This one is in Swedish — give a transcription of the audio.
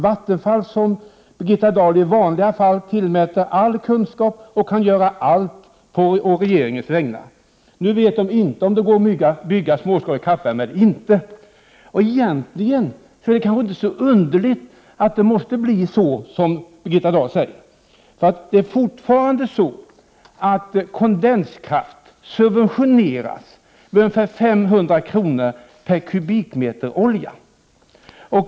Vattenfall, som Birgitta Dahl i vanliga fall tillmäter all kunskap och som kan göra allt på regeringens vägnar, vet inte längre om det går att bygga småskaliga kraftvärmeverk eller inte! Egentligen är det inte så underligt att det blir så som Birgitta Dahl säger. Fortfarande är det nämligen så att kondenskraft subventioneras med ungefär 500 kr./m? olja.